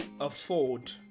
afford